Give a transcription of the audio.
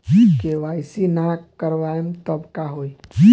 KYC ना करवाएम तब का होई?